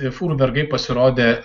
ir fūrų vergai pasirodė